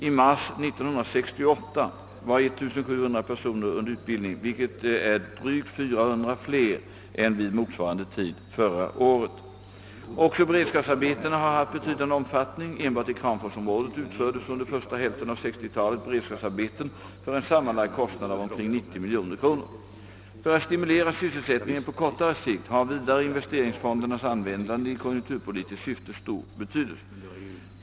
I mars 1968 var 1700 personer under utbildning, vilket är drygt 400 fler än vid motsvarande tid förra året. Också beredskapsarbetena har haft betydande omfattning. Enbart i kramforsområdet utfördes under första hälften av 1960-talet beredskapsarbeten för en sammanlagd kostnad av omkring 90 miljoner kronor. För innevarande budgetår beräknas kostnaderna för beredskapsarbeten i ådalsområdet uppgå till 79 miljoner kronor. För att stimulera sysselsättningen på kortare sikt har vidare investeringsfondernas användande i konjunkturpolitiskt syfte stor betydelse.